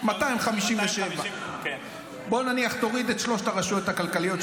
257. 257. נניח שתוריד את שלוש הרשויות הכלכליות,